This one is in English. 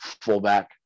fullback